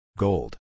Gold